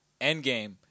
Endgame